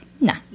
No